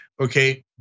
okay